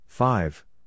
Five